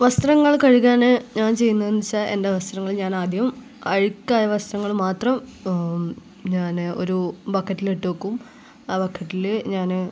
വസ്ത്രങ്ങൾ കഴുകാൻ ഞാൻ ചെയ്യുന്നതെന്ന് വെച്ചാൽ എൻ്റെ വസ്ത്രങ്ങൾ മാത്രം ഞാൻ ഒരു ബക്കറ്റിലിട്ട് വെക്കും ആ ബക്കറ്റിൽ ഞാൻ